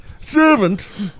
Servant